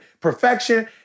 perfection